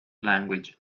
language